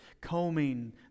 combing